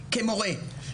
עובד כמורה,